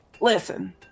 listen